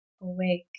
awake